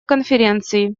конференции